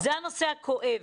זה הנושא הכואב.